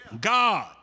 God